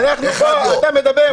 אתה מדבר?